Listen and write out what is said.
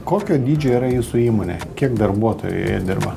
kokio dydžio yra jūsų įmonė kiek darbuotojų joje dirba